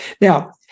now